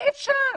אי אפשר.